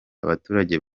abaturage